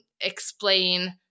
explain